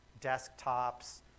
desktops